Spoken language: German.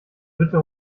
bitte